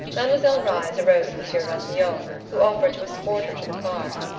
mademoiselle reisz arose with monsieur ratignolle, who offered to escort her to the car.